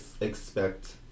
expect